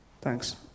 Thanks